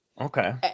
Okay